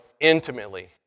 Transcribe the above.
intimately